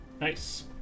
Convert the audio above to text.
Nice